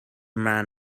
man